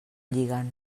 lliguen